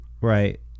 Right